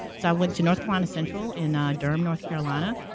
so i went to north carolina central in ah durham, north carolina.